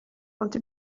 ond